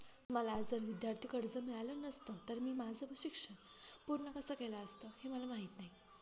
मला जर विद्यार्थी कर्ज मिळालं नसतं तर मी माझं शिक्षण पूर्ण कसं केलं असतं, हे मला माहीत नाही